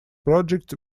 projects